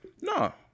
No